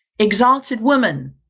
exalted woman!